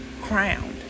crowned